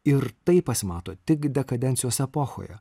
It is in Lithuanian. ir tai pasimato tik dar kadencijos epochoje